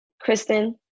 Kristen